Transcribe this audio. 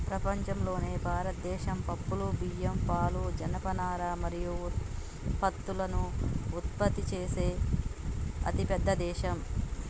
ప్రపంచంలోనే భారతదేశం పప్పులు, బియ్యం, పాలు, జనపనార మరియు పత్తులను ఉత్పత్తి చేసే అతిపెద్ద దేశం